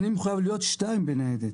אני מחויב להיות שניים בניידת,